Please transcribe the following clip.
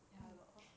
ya lor